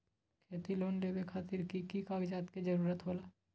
खेती लोन लेबे खातिर की की कागजात के जरूरत होला?